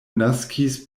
naskis